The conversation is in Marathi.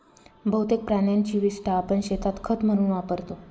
बहुतेक प्राण्यांची विस्टा आपण शेतात खत म्हणून वापरतो